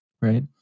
right